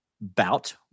bout